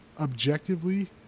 objectively